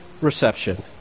reception